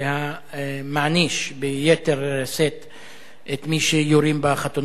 המעניש ביתר שאת את מי שיורים בחתונות.